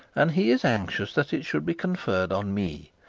and he is anxious that it should be conferred on me.